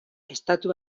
estatu